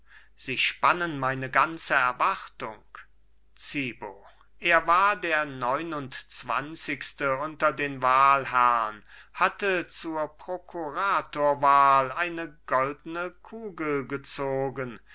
sie spannen meine ganze erwartung zibo er war der neunundzwanzigste unter den wahlherrn hatte zur prokuratorwahl eine goldene kugel gezogen